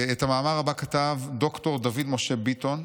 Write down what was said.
את המאמר הבא כתב ד"ר דוד משה ביטון,